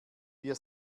wir